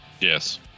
Yes